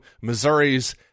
Missouri's